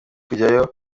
kujyayo